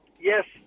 Yes